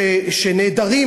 שנעדרים,